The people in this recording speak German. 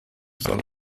soll